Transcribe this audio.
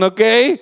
Okay